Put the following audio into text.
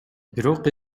бирок